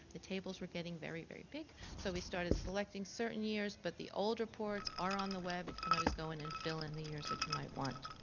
the tables were getting very, very big, so we started selecting certain years, but the old reports are on the web, and you can always go in and fill in the years that you might want.